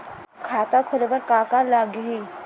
खाता खोले बार का का लागही?